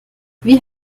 wie